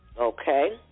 okay